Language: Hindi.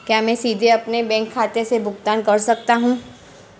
क्या मैं सीधे अपने बैंक खाते से भुगतान कर सकता हूं?